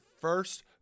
first